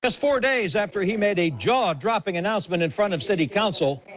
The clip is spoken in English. just four days after he made a jaw-dropping announcement in front of city council.